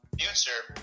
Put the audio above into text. future